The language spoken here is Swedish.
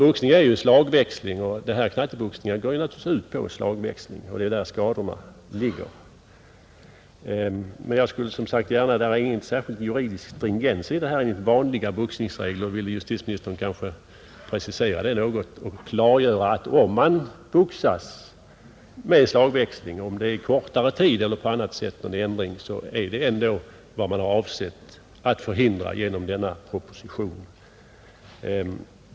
Boxning är ju slagväxling, och även knatteboxningar går naturligtvis ut på slagväxlingar, och det är där riskerna för skador ligger. Det är ingen särskild juridisk stringens i orden ”enligt vanliga boxningsregler”. Vill justitieministern kanske precisera det något och klargöra att om man utövar slagväxling, vare sig under kortare tid än tre minuter eller med annan ändring, så är det ändå vad man avsett att förhindra i den ifrågavarande propositionen?